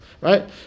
Right